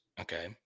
Okay